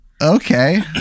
Okay